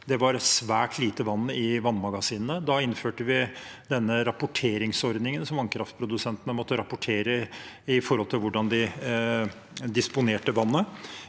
det var svært lite vann i vannmagasinene. Da innførte vi denne rapporteringsordningen. Vannkraftprodusentene måtte rapportere om hvordan de disponerte vannet.